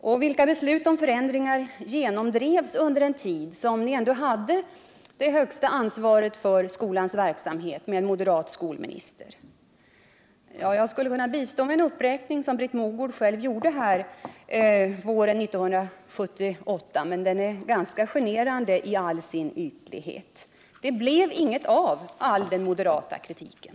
Och vilka beslut om förändringar genomdrevs under den tid då ni ändå hade det yttersta ansvaret för skolverksamheten, med en moderat skolminister? Jag skulle kunna bistå med en uppräkning som Britt Mogård själv gjorde våren 1978, men den är ganska generande i all sin ytlighet. Det blev ingenting av all den moderata kritiken.